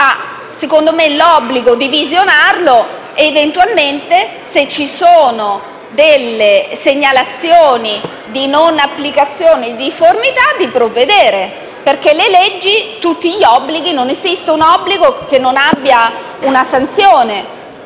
secondo me, l'obbligo di visionarlo ed eventualmente, se ci sono delle segnalazioni di non applicazione e di difformità, di provvedere, perché non esiste un obbligo che non abbia una sanzione,